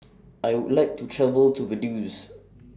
I Would like to travel to Vaduz